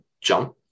jump